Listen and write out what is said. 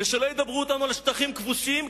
שלא ידברו אתנו על שטחים כבושים,